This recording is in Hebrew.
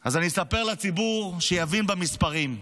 אז אני אספר לציבור, שיבין במספרים: